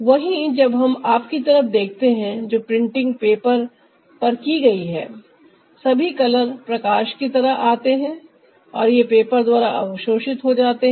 वहीं जब हम आपकी तरफ देखते है जो प्रिंटिंग पेपर पर की गई है सभी कलर प्रकाश की तरह आते हैं और ये पेपर द्वारा अवशोषित हो जाते हैं